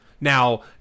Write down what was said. Now